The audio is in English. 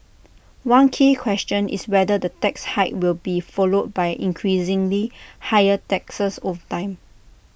one key question is whether the tax hike will be followed by increasingly higher taxes over time